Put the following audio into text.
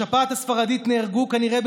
בשפעת הספרדית נהרגו כנראה,